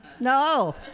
No